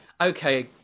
okay